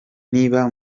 niba